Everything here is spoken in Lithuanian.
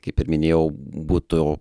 kaip ir minėjau būtų